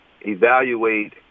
evaluate